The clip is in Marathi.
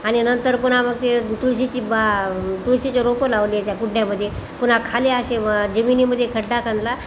आणि नंतर पुन्हा मग ते तुळशीची बा तुळशीचे रोपं लावले त्या कुंड्यामध्ये पुन्हा खाली असे जमिनीमध्ये खड्डा खणला